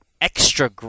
extra